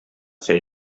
ser